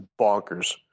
bonkers